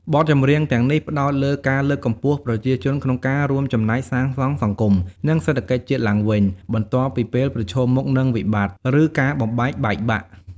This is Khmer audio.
បទចម្រៀងទាំងនេះ ផ្តោតលើការលើកកម្ពស់ ប្រជាជនក្នុងការរួមចំណែកសាងសង់សង្គម និងសេដ្ឋកិច្ចជាតិឡើងវិញ បន្ទាប់ពីពេលប្រឈមមុខនឹងវិបត្តិ ឬការបំបែកបែកបាក់។